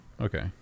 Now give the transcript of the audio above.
Okay